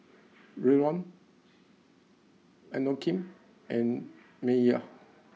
Revlon Inokim and Mayer